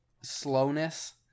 slowness